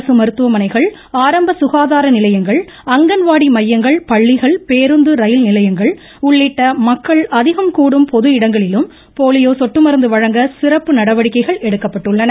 அரசு மருத்துவமனைகள் ஆரம்ப சுகாதார நிலையங்கள் அங்கன்வாடி மையங்கள் பள்ளிகள் பேருந்து ரயில் நிலையங்கள் உள்ளிட்ட மக்கள் அதிகம் கூடும் பொது இடங்களிலும் போலியோ சொட்டு மருந்து வழங்க சிறப்பு நடவடிக்கைகள் எடுக்கப்பட்டுள்ளன